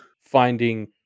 finding